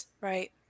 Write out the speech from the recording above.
right